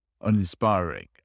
uninspiring